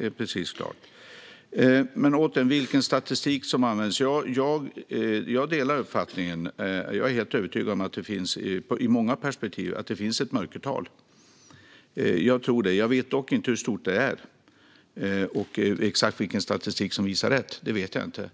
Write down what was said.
är precis klart. När det gäller statistiken är jag helt övertygad om att det finns ett mörkertal. Jag vet dock inte hur stort det är, och exakt vilken statistik som visar rätt vet jag inte.